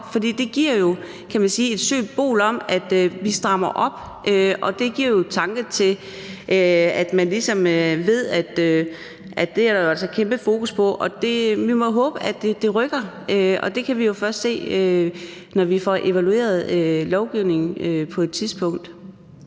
man sige, et symbol på, at vi strammer op, og det fører til, at man ligesom ved, at der altså er kæmpe fokus på det. Vi må håbe, at det rykker, men det kan vi jo først se, når vi får evalueret lovgivningen på et tidspunkt.